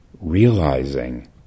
realizing